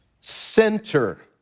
center